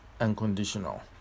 unconditional